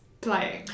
playing